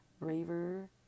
Braver